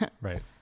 right